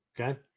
Okay